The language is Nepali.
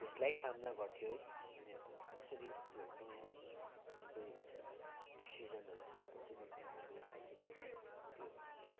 त्यसलाई सामना गर्थ्यो है उनीहरूको कसरी त्यो नयाँ जुन चाहिँ डिसिजनहरू छ कसरी लिन्थ्यो कसरी त्यो